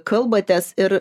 kalbatės ir